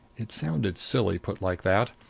it sounded silly, put like that.